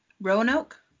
Roanoke